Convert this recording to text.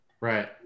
Right